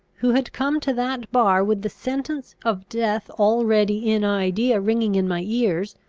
who had come to that bar with the sentence of death already in idea ringing in my ears,